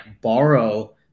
borrow